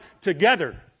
together